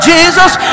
Jesus